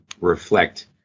reflect